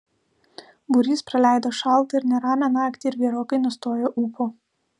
būrys praleido šaltą ir neramią naktį ir gerokai nustojo ūpo